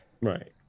Right